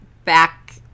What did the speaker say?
back